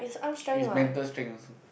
is mental strength also